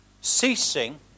ceasing